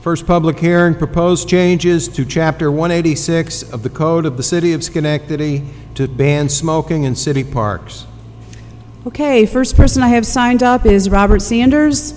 first public hearing proposed changes to chapter one eighty six of the code of the city of schenectady to ban smoking in city parks ok first person i have signed up is robert c enders